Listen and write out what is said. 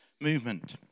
movement